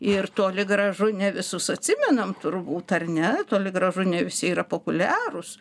ir toli gražu ne visus atsimenam turbūt ar ne toli gražu ne visi yra populiarūs